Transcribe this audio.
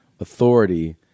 authority